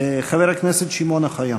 חבר הכנסת שמעון אוחיון.